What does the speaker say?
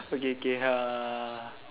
okay okay uh